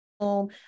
home